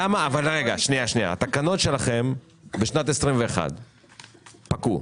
התקנות שלכם בשנת 2021 פקעו.